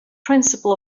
principle